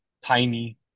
tiny